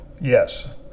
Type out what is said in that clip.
Yes